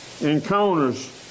encounters